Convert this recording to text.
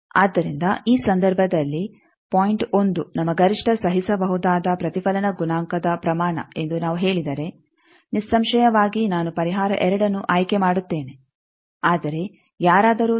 ಆದ್ದರಿಂದ ಈ ಸಂದರ್ಭದಲ್ಲಿ ಪಾಯಿಂಟ್ 1 ನಮ್ಮ ಗರಿಷ್ಠ ಸಹಿಸಬಹುದಾದ ಪ್ರತಿಫಲನ ಗುಣಾಂಕದ ಪ್ರಮಾಣ ಎಂದು ನಾವು ಹೇಳಿದರೆ ನಿಸ್ಸಂಶಯವಾಗಿ ನಾನು ಪರಿಹಾರ 2ಅನ್ನು ಆಯ್ಕೆ ಮಾಡುತ್ತೇನೆ ಆದರೆ ಯಾರಾದರೂ 0